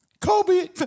Kobe